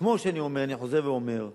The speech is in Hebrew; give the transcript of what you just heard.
כמו שאני חוזר ואומר,